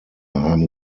haben